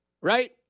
right